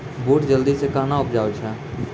बूट जल्दी से कहना उपजाऊ छ?